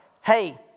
hey